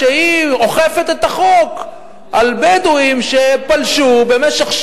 שהיא אוכפת את החוק על בדואים שפלשו במשך,